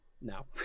No